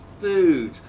food